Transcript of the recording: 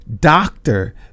doctor